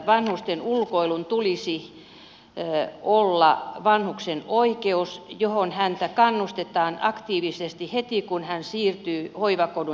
vanhusten ulkoilun tulisi olla vanhuksen oikeus johon häntä kannustetaan aktiivisesti heti kun hän siirtyy hoivakodin asiakkaaksi